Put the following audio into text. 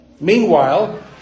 Meanwhile